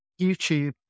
YouTube